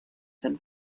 than